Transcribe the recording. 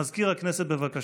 מזכיר הכנסת, בבקשה.